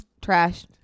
trashed